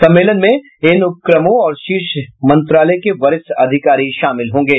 सम्मेलन में इन उपक्रमों और शीर्ष मंत्रालय के वरिष्ठ अधिकारी शामिल होगे